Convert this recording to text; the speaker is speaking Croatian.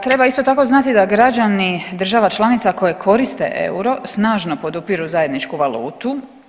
Treba isto tako znati da građani država članica koje koriste euro snažno podupiru zajedničku valutu.